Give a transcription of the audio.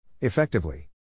Effectively